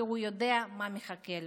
כי הוא יודע מה מחכה לו.